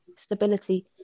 stability